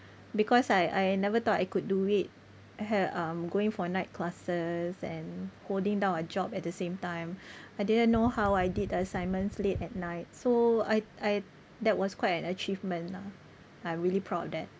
because I I never thought I could do it I have um going for night classes and holding down a job at the same time I didn't know how I did the assignments late at night so I I that was quite an achievement lah I'm really proud of that